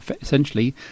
Essentially